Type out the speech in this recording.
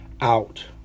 out